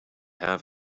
have